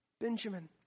Benjamin